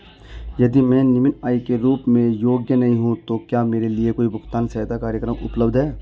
यदि मैं निम्न आय के रूप में योग्य नहीं हूँ तो क्या मेरे लिए कोई भुगतान सहायता कार्यक्रम उपलब्ध है?